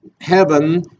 heaven